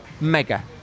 Mega